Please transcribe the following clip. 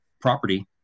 property